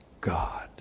God